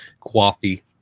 Coffee